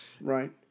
right